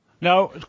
now